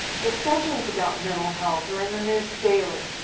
discussions about mental health are in the news daily.